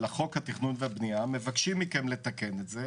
לחוק התכנון והבנייה מבקשים אתכם לתקן את זה